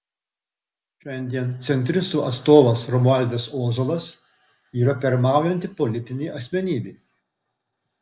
šiandien centristų atstovas romualdas ozolas yra pirmaujanti politinė asmenybė